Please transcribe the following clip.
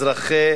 אזרחי